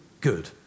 Good